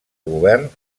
govern